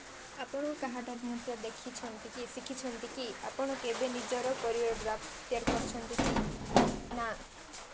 ଆପଣ କାହାଠାରୁ ନୃତ୍ୟ ଶିଖିଛନ୍ତି କି ଆପଣ କେବେ ନିଜର କୋରିଓଗ୍ରାଫି ତିଆରି କରିଛନ୍ତି କି